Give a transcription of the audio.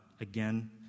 again